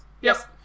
Yes